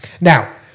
Now